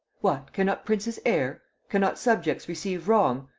what, cannot princes err? cannot subjects receive wrong?